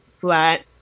flat